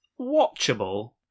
watchable